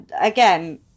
Again